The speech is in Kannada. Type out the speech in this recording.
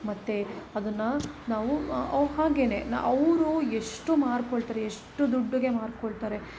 ಮತ್ತು ಅದನ್ನ ನಾವು ಅವು ಹಾಗೇನೇ ನಾ ಅವರು ಎಷ್ಟು ಮಾರಿಕೊಳ್ತಾರೆ ಎಷ್ಟು ದುಡ್ಡಿಗೆ ಮಾರಿಕೊಳ್ತಾರೆ